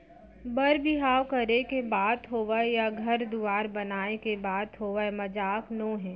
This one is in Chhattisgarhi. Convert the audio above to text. बर बिहाव करे के बात होवय या घर दुवार बनाए के बात होवय मजाक नोहे